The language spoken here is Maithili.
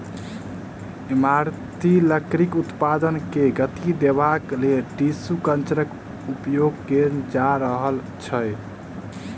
इमारती लकड़ीक उत्पादन के गति देबाक लेल टिसू कल्चरक उपयोग कएल जा रहल छै